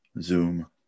Zoom